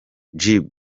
jubilee